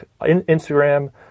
Instagram